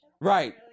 Right